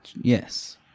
Yes